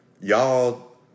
y'all